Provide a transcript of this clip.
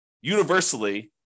universally